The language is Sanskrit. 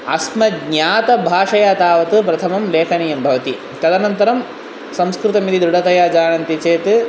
अस्मज्ञात भाषया तावत् प्रथममं लेखनीयं भवति तदनन्तरं संस्कृतमिति दृढतया जानन्ति चेत्